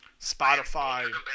Spotify